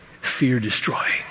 fear-destroying